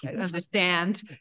understand